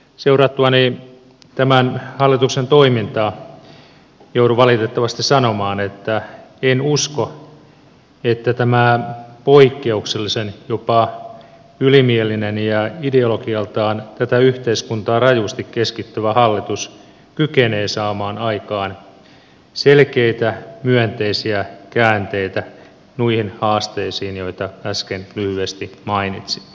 seurattuani tämän hallituksen toimintaa joudun valitettavasti sanomaan että en usko että tämä jopa poikkeuksellisen ylimielinen ja ideologialtaan tätä yhteiskuntaa rajusti keskittävä hallitus kykenee saamaan aikaan selkeitä myönteisiä käänteitä noihin haasteisiin joita äsken lyhyesti mainitsin